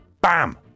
Bam